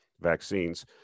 vaccines